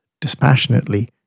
dispassionately